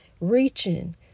Reaching